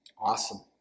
awesome